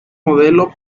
modelo